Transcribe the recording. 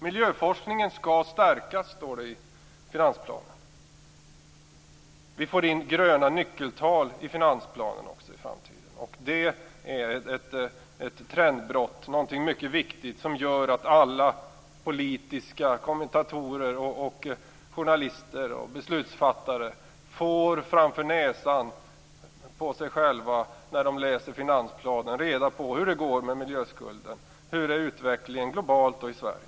Miljöforskningen skall stärkas, står det i finansplanen. Vi får också in gröna nyckeltal i finansplanen i framtiden. Det är ett trendbrott, något mycket viktigt som gör att alla politiska kommentatorer, journalister och beslutsfattare när de läser finansplanen framför näsan får reda på hur det går med miljöskulden och på hur utvecklingen är globalt och i Sverige.